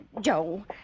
Joe